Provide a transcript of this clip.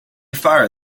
far